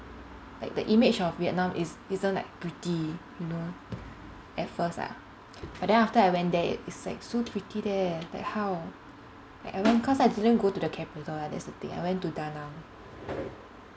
like the image of vietnam is isn't like pretty you know at first lah but then after I went there it it's like so pretty there like how like everyone cause I didn't go to the capital lah that's the thing I went to da nang